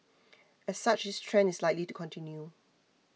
as such this trend is likely to continue